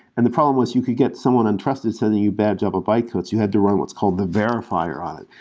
and the problem was you could get someone untrusted sending you bad java bytecodes. you had to run what's called the verifier on it.